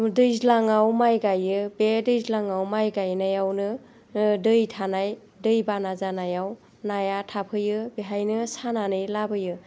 दैज्लाङाव माइ गायो बे दैज्लाङाव माइ गायनायावनो दै थानाय दै बाना जानायाव नाया थाफैयो बेवहायनो सानानै लाबोयो